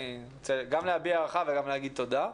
אני רוצה גם להביע הערכה וגם להגיד תודה.